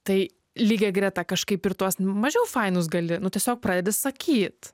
tai lygiagreta kažkaip ir tuos mažiau fainus gali nu tiesiog pradedi sakyt